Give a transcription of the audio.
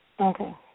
Okay